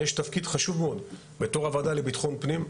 יש תפקיד חשוב מאוד בתור הוועדה לביטחון פנים,